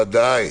ודאי.